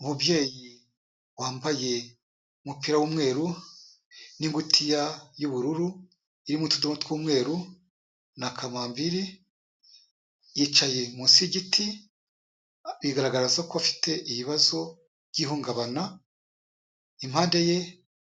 Umubyeyi wambaye umupira w'umweru n'ingutiya y'ubururu irimo utudomo tw'umweru na kamambiri, yicaye munsi y'igiti, bigaragaza ko afite ibibazo by'ihungabana, impande ye